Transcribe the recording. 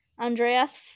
Andreas